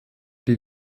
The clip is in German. die